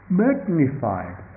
magnified